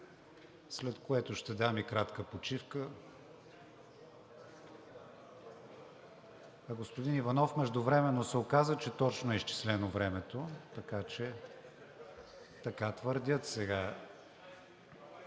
след което ще дам и кратка почивка. Господин Иванов, междувременно се оказа, че точно е изчислено времето, така че...